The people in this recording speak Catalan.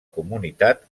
comunitat